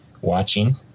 watching